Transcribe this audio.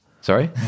Sorry